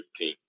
15